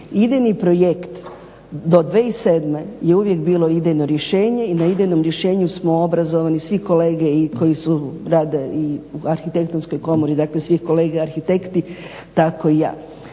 Idejni projekt do 2007. je uvijek bilo idejno rješenje i na idejnom rješenju smo obrazovani svi kolege i koji rade i u Arhitektonskoj komori dakle svi kolege arhitekti tako i ja.